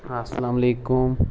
اَلسلام عَلیکُم